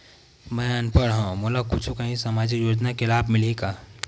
मैं अनपढ़ हाव मोला कुछ कहूं सामाजिक योजना के लाभ मिलही का?